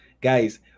Guys